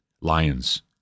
lions